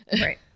Right